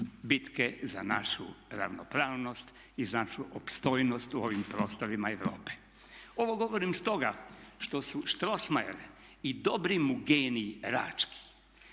bitke za našu ravnopravnost i za našu opstojnost u ovim prostorima Europe. Ovo govorim stoga što su Strossmayer i dobri mu genij Rački